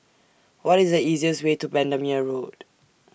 What IS The easiest Way to Bendemeer Road